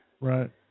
Right